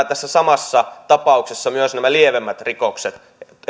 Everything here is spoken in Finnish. tässä samassa tapauksessa myös nämä lievemmät rikokset